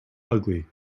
ugly